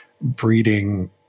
breeding